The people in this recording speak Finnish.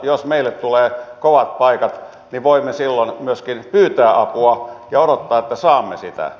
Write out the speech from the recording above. jos meille tulee kovat paikat niin voimme silloin myöskin pyytää apua ja odottaa että saamme sitä